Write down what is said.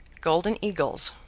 golden eagles,